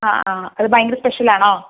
ആ ആ അത് ഭയങ്കര സ്പെഷ്യലാണോ